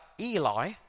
Eli